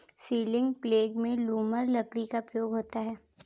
ceiling प्लेग में lumber लकड़ी का प्रयोग होता है